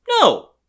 No